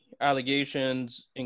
allegations